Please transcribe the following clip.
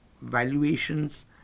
valuations